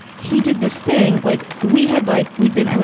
he did this thing. like, we had, like, we'd been,